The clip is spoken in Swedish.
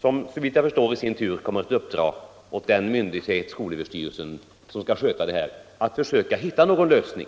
som såvitt jag förstår i sin tur kommer att uppdra åt den myndighet, skolöverstyrelsen, som skall sköta det här att försöka hitta någon lösning.